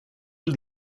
väl